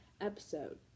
episode